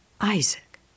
Isaac